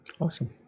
Awesome